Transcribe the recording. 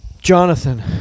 Jonathan